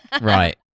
right